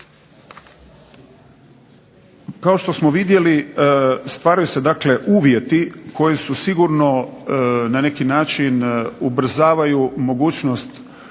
Kao što smo vidjeli stvaraju se uvjeti koji su sigurno ubrzavaju na